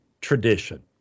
tradition